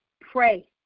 pray